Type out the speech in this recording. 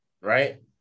right